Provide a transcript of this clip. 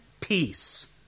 peace